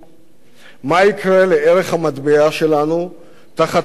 מה יקרה לערך המטבע שלנו תחת מדיניותך,